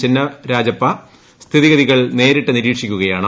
ചിന്നരാജപ്പ സ്ഥിതിഗതികൾ നേരിട്ട് നിരീക്ഷിക്കുകയാണ്